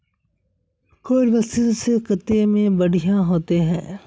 कौन मशीन से कते में बढ़िया होते है?